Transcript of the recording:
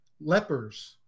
lepers